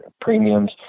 premiums